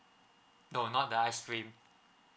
no not the ice cream